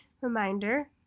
Reminder